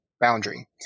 Boundary